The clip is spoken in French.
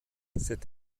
cette